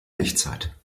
echtzeit